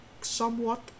somewhat